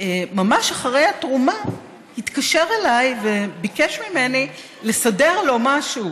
ממש אחרי התרומה התקשר אליי וביקש ממני לסדר לו משהו